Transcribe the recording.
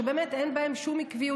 שבאמת אין בהם שום עקביות.